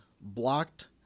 blocked